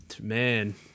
man